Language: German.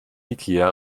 ikea